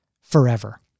forever